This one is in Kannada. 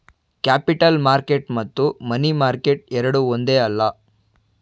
ಕ್ಯಾಪಿಟಲ್ ಮಾರ್ಕೆಟ್ ಮತ್ತು ಮನಿ ಮಾರ್ಕೆಟ್ ಎರಡೂ ಒಂದೇ ಅಲ್ಲ